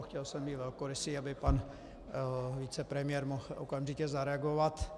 Chtěl jsem být velkorysý, aby pan vicepremiér mohl okamžitě zareagovat.